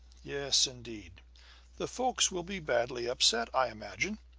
yes, indeed the folks will be badly upset, i imagine,